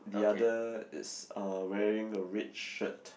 the other is uh wearing a red shirt